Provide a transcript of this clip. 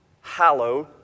hallowed